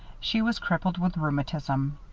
she was crippled with rheumatism.